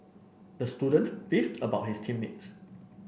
the student beefed about his team mates